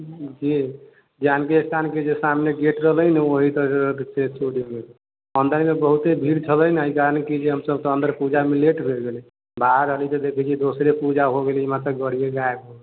जी जानकी स्थानके सामने जे गेट रहले ने ओहि तर ओतै छोड़ि देलिए अन्दरमे बहुते भीड़ छलै ने एहिकारणे कि हम सबके अन्दर पूजामे लेट भए गेलै बाहर एलीहँ तऽ देखए छिऐ दोसरे पूजा होगेलेै हमर तऽ गाड़िए गायब भए